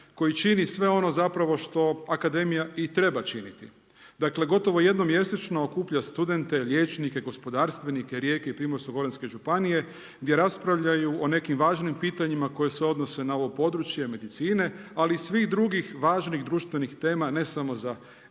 koji čini sve ono zapravo što Akademija i treba činiti. Dakle gotovo jednom mjesečno okuplja studente, liječnike, gospodarstvenike Rijeke i Primorsko-goranske županije gdje raspravljaju o nekim važnim pitanjima koja se odnose na ovo područje medicine ali i svih drugih važnih društvenih tema ne samo za Rijeku,